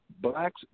blacks